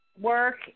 work